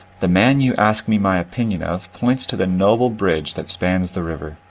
the man you ask me my opinion of points to the noble bridge that spans the river,